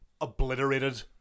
obliterated